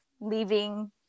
leaving